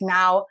now